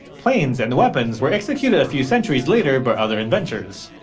planes, and weapons were executed a few centuries later by other inventors.